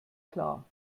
klar